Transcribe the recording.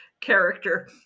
character